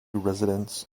residents